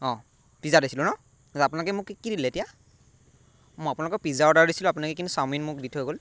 অ' pizza দিছিলোঁ ন আপোনালোকে মোক কি কি দিলে এতিয়া মই আপোনালোকক পিজ্জা অৰ্ডাৰ দিছিলোঁ আপোনালোকে কিন্তু চাওমিন মোক দি থৈ গ'ল